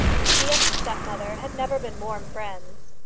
she and her stepmother had never been warm friends.